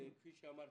כאמור,